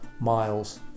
miles